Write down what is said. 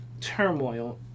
turmoil